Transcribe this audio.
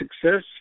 success